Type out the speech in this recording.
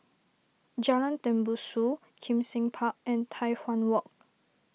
Jalan Tembusu Kim Seng Park and Tai Hwan Walk